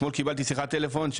אתמול קיבלתי שיחת טלפון,